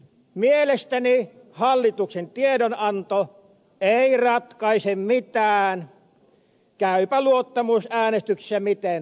mielestäni hallituksen tiedonanto ei ratkaise mitään käypä luottamusäänestyksessä miten tahansa